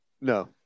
No